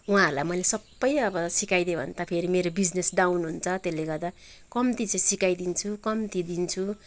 उहाँरूलाई मैले सबै अब सिकइदिएँ भने त फेरि मेरो बिजनेस डाउन हुन्छ त्यसले गर्दा कम्ती चाहिँ सिकाइदिन्छु कम्ती दिन्छु